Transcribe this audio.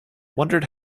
wondered